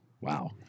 Wow